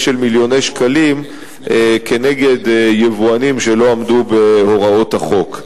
של מיליוני שקלים כנגד יבואנים שלא עמדו בהוראות החוק.